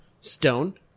stone